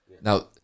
Now